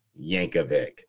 Yankovic